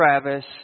Travis